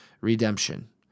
redemption